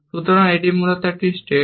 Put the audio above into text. সুতরাং এটি মূলত একটি সেট